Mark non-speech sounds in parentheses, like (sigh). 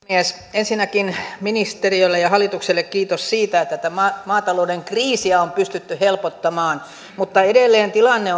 ensinnäkin ministeriölle ja hallitukselle kiitos siitä että tätä maatalouden kriisiä on pystytty helpottamaan mutta edelleen tilanne (unintelligible)